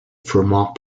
fermat